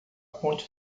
ponte